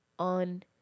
On